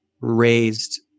raised